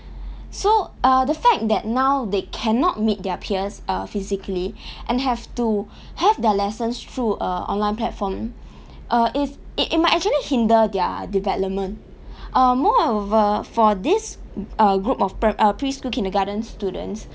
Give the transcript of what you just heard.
so uh the fact that now they cannot meet their peers uh physically and have to have their lessons through a online platform uh it it it might actually hinder their development um moreover for this uh group of pri~ uh preschool kindergarten students